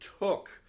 took